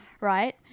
right